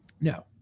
No